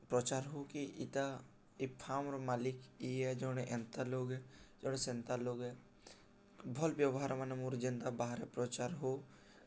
ପ୍ରଚାର୍ ହଉ କି ଇଟା ଇ ଫାର୍ମ୍ର ମାଲିକ୍ ଇ ଏ ଜଣେ ଏନ୍ତା ଲୋକ୍ ଏ ଜଣେ ସେନ୍ତା ଲୋକ୍ ଏ ଭଲ୍ ବ୍ୟବହାର୍ ମାନେ ମୋର୍ ଯେନ୍ତା ବାହାରେ ପ୍ରଚାର୍ ହଉ